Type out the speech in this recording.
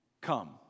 come